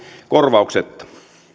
korvauksetta